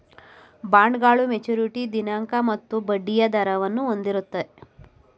ಬಾಂಡ್ಗಳು ಮೆಚುರಿಟಿ ದಿನಾಂಕ ಮತ್ತು ಬಡ್ಡಿಯ ದರವನ್ನು ಹೊಂದಿರುತ್ತೆ